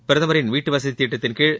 பிரதமரின் வீட்டு வசதி திட்டத்தின்கீழ்